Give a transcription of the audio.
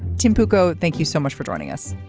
tampico thank you so much for joining us.